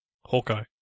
Hawkeye